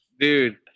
Dude